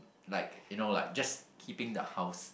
like you know like just keeping the house